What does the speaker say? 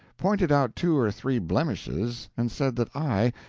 pointed out two or three blemishes, and said that i,